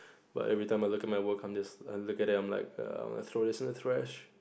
but every time I look at my work I'm just I look at it I'm like err I'm gonna throw this in the trash